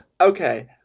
Okay